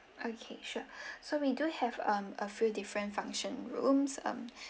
okay sure so we do have um a few different function rooms um